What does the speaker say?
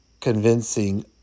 convincing